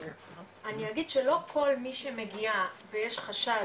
אני אגיד שלא כל מי שמגיעה ויש חשד